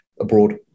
abroad